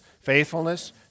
faithfulness